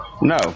No